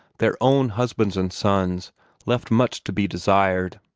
their own husbands and sons left much to be desired,